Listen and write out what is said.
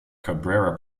cabrera